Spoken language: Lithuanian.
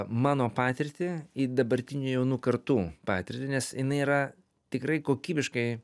mano patirtį į dabartinių jaunų kartų patirtį nes jinai yra tikrai kokybiškai